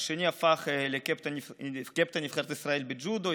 השני הפך לקפטן נבחרת ישראל בג'ודו,